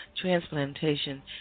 transplantation